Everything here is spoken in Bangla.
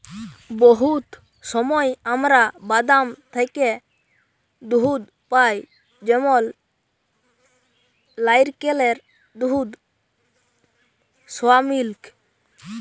বহুত সময় আমরা বাদাম থ্যাকে দুহুদ পাই যেমল লাইরকেলের দুহুদ, সয়ামিলিক